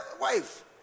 wife